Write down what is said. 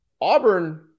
Auburn